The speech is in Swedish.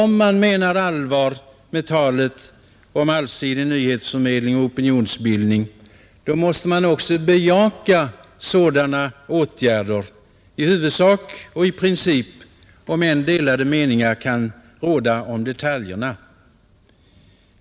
Menar man allvar med talet om allsidig nyhetsförmedling och opinionsbildning måste man också bejaka sådana åtgärder i huvudsak och i princip, om än delade meningar kan råda om detaljerna.